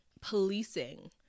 policing